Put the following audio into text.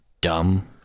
dumb